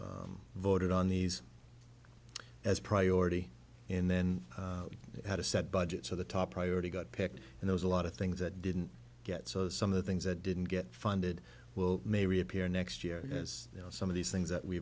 all voted on these as priority and then had a set budget so the top priority got picked and there's a lot of things that didn't get so some of the things that didn't get funded well may reappear next year as you know some of these things that we